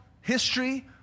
history